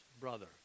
brother